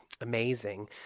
amazing